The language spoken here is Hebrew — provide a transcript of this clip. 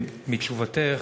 מתשובתך,